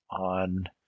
on